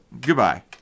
goodbye